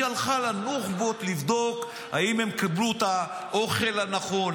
היא הלכה לנוח'בות לבדוק אם הם קיבלו את האוכל הנכון,